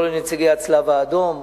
לא לנציגי הצלב-האדום.